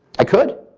i could.